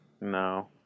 No